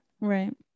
right